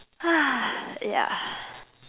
yeah